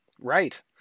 Right